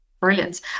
brilliant